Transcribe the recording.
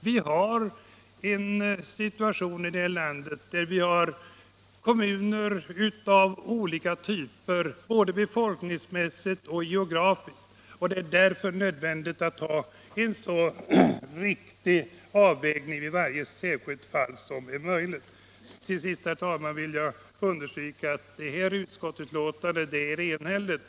Situationen är ju den att vi i vårt land har kommuner av olika typer, både befolkningsmässigt och geografiskt. Det är därför nödvändigt att göra en så riktig avvägning som möjligt i varje särskilt fall. Till sist, herr talman, vill jag understryka att det föreliggande utskottsbetänkandet är enhälligt.